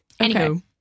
Okay